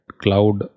cloud